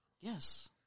Yes